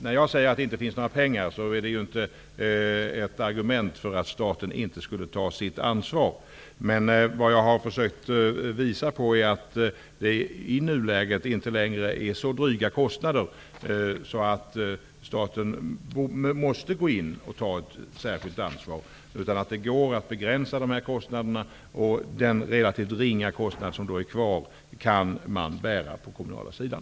När jag säger att det inte finns några pengar menar jag inte att det är ett argument för att staten inte skall ta sitt ansvar. Men vad jag har försökt att påvisa är att det i nuläget inte längre är så dryga kostnader att staten måste gå in och ta ett särskilt ansvar, utan det går att begränsa kostnaderna, och att man med den relativt ringa kostnad som återstår kan bära ansvaret på den kommunala sidan.